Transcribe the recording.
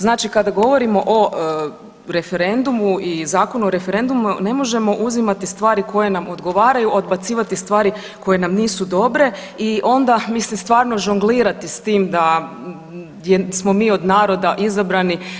Znači kada govorimo o referendumu i Zakonu o referendumu ne možemo uzimati stvari koje nam odgovaraju, odbacivati stvari koje nam nisu dobre i onda mislim stvarno žonglirati s tim da smo mi od naroda izabrani.